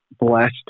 blessed